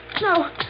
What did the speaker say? No